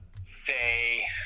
say